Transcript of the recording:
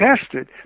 tested